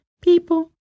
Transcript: people